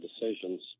decisions